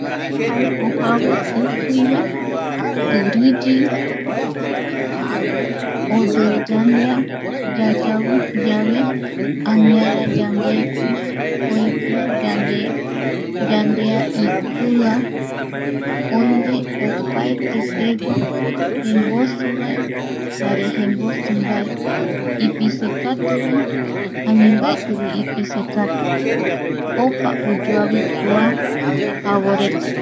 Jaeko javo tikuiva tiriyi i (pausa) oyoe yandea yayau yave ,aniara yande, ki j,oeki yande yandea ikia oime opaetepegua jembosiva jare jembosi ipisrkatuvae ani ipisekatumbaevae opa oyoavi kua javoreta